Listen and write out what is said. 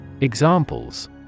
Examples